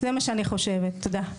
תודה.